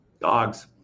Dogs